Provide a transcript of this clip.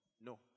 No